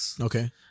Okay